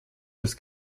des